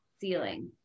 ceiling